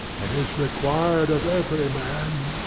it is required of every man,